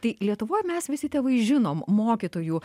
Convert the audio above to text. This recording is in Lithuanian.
tai lietuvoj mes visi tėvai žinom mokytojų